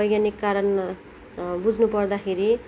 वैज्ञानिक कारण बुझ्नु पर्दाखेरि